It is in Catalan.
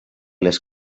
les